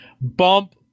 bump